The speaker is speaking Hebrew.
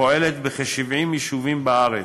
פועלת בכ-70 יישובים בארץ.